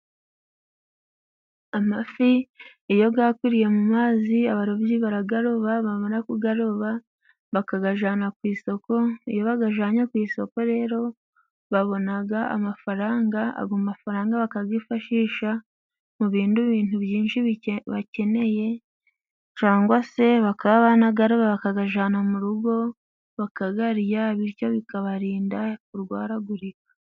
Amafi iyo gakwiriye mu mazi, abarobyi baragaroba bamara kugaroba bakagajana ku isoko. Iyo bagajanye ku isoko rero babonaga amafaranga. Ago mafaranga bakagifashisha mu bindi bintu byinshi bakeneye cangwa se bakaba banagaroba bakagajana mu rugo bakagarya bityo bikabarinda kurwaragurika.